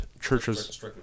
churches